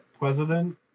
president